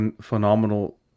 phenomenal